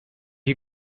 you